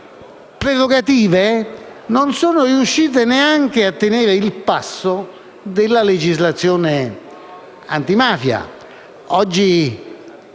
prerogative non sono riuscite neanche a tenere il passo della legislazione antimafia: